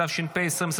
התשפ"ה 2025,